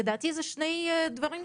לדעתי זה שני דברים שונים.